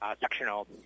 sectional